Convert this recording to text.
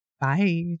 bye